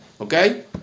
Okay